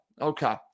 Okay